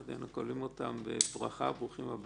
ברוכים הבאים.